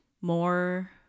more